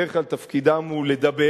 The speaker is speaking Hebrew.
שבדרך כלל תפקידם הוא לדבר,